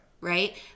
right